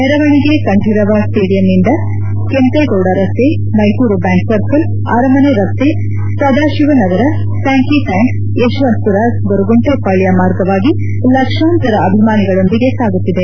ಮೆರವಣಿಗೆ ಕಂಠೀರವ ಸ್ಸೇಡಿಯಂನಿಂದ ಕೆಂಪೇಗೌಡ ರಸ್ತೆ ಮೈಸೂರು ಬ್ಲಾಂಕ್ ಸರ್ಕಲ್ ಅರಮನೆ ರಸ್ತೆ Sadashiva Nagar Sankey tank Yeshwanthpur Goraguntepalya ಮಾರ್ಗವಾಗಿ ಲಕ್ಷಾಂತರ ಅಭಿಮಾನಿಗಳೊಂದಿಗೆ ಸಾಗುತ್ತಿದೆ